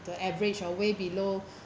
the average or way below